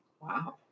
Wow